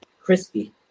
crispy